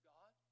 God